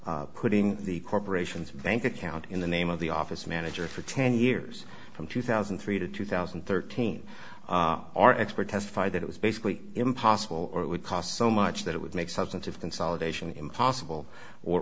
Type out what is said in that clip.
s putting the corporation's bank account in the name of the office manager for ten years from two thousand and three to two thousand and thirteen our expert testified that it was basically impossible or it would cost so much that it would make substantive consolidation impossible